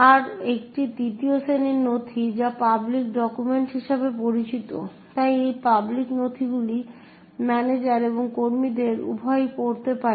আরও একটি তৃতীয় শ্রেণীর নথি যা পাবলিক ডকুমেন্ট হিসাবে পরিচিত তাই এই পাবলিক নথিগুলি ম্যানেজার এবং কর্মীদের উভয়ই পড়তে পারে